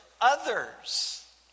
others